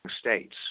states